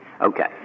Okay